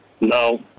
No